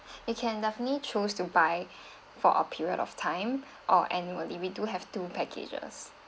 you can definitely chose to buy for a period of time or annually we do have two packages